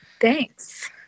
Thanks